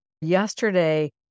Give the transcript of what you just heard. Yesterday